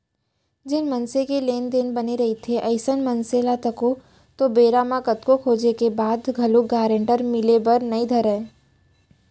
जेन मनसे के लेन देन बने रहिथे अइसन मनसे ल तको तो बेरा म कतको खोजें के बाद घलोक गारंटर मिले बर नइ धरय